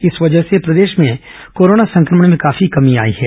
इस वजह से प्रदेश में कोरोना संक्रमण में काफी हद तक कमी आई है